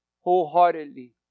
Wholeheartedly